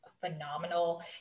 phenomenal